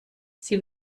sie